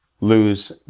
lose